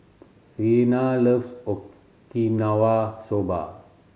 Rihanna loves Okinawa Soba